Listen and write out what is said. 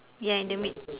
ya in the mid~